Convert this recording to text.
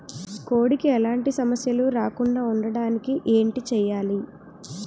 కోడి కి ఎలాంటి సమస్యలు రాకుండ ఉండడానికి ఏంటి చెయాలి?